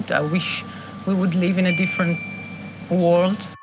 i wish we would live in a different world